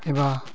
एबा